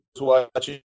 watching